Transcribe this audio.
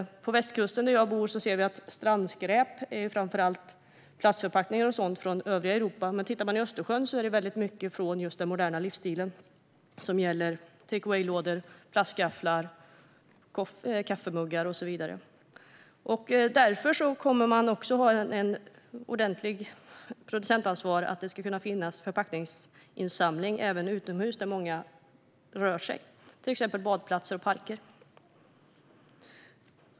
På västkusten där jag bor ser vi att strandskräp är framför allt plastförpackningar och sådant från övriga Europa. Tittar man i Östersjön är det väldigt mycket från den moderna livsstilen. Det är take away-lådor, plastgafflar, kaffemuggar och så vidare. Därför kommer man att ha ett ordentligt producentansvar. Det ska kunna finnas förpackningsinsamling även utomhus där många rör sig, till exempel vid badplatser och i parker.